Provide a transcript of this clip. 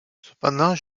cependant